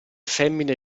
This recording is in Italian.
femmine